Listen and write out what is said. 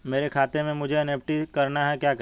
मेरे खाते से मुझे एन.ई.एफ.टी करना है क्या करें?